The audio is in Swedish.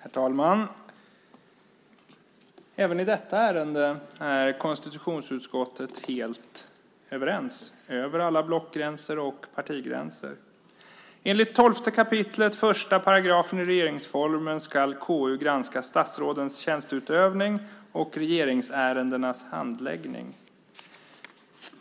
Herr talman! Även i detta ärende är konstitutionsutskottet helt överens över alla blockgränser och partigränser. Enligt 12 kap. 1 § i regeringsformen ska KU granska statsrådens tjänsteutövning och regeringsärendenas handläggning.